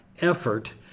effort